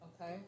okay